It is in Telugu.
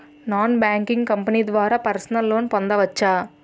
నాన్ బ్యాంకింగ్ కంపెనీ ద్వారా పర్సనల్ లోన్ పొందవచ్చా?